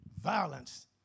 violence